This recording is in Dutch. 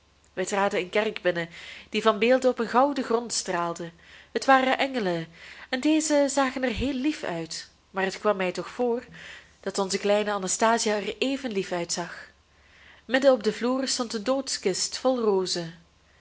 wij traden een kerk binnen die van beelden op een gouden grond straalde het waren engelen en dezen zagen er heel lief uit maar het kwam mij toch voor dat onze kleine anastasia er even lief uitzag midden op den vloer stond een doodkist vol rozen